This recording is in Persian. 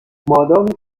مادامی